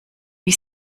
wie